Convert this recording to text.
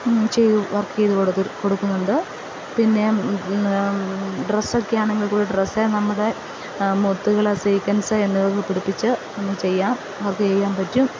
ചെയ്ത് വർക്കിയ്തു കൊടു കൊടുക്കുന്നുണ്ട് പിന്നെ ഡ്രസ്സൊക്കെ ആണെങ്കില് കൂടി ഡ്രസ്സ് നമ്മുടെ മുത്തുകള് സിക്വൻസ് എന്നിവ പിടിപ്പിച്ച് നമുക്ക് ചെയ്യാം വർക്ക് ചെയ്യാൻ പറ്റും